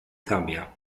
zambia